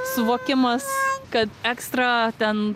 suvokimas kad ekstra ten